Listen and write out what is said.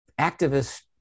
Activists